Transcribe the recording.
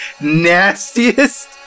nastiest